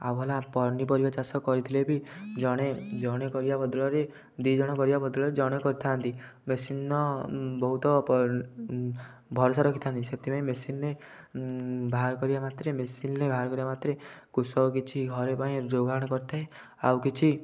ଆଉ ହଲା ପନିପରିବା ଚାଷ କରିଥିଲେ ବି ଜଣେ ଜଣେ କରିବା ବଦଳରେ ଦୁଇ ଜଣ କରିବା ବଦଳରେ ଜଣେ କରିଥାନ୍ତି ମେସିନ୍ର ବହୁତ ଭରସା ରଖିଥାନ୍ତି ସେଥିପାଇଁ ମେସିନ୍ରେ ବାହାର କରିବା ମାତ୍ରେ ମେସିନ୍ରେ ବାହାର କରିବା ମାତ୍ରେ କୃଷକ କିଛି ଘରେ ପାଇଁ ଯୋଗାଣ କରିଥାଏ ଆଉ କିଛି